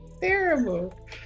terrible